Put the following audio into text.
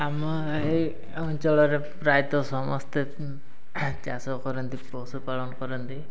ଆମ ଏଇ ଅଞ୍ଚଳରେ ପ୍ରାୟତଃ ସମସ୍ତେ ଚାଷ କରନ୍ତି ପଶୁପାଳନ କରନ୍ତି